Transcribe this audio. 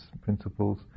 principles